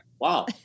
wow